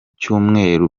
byumweru